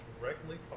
directly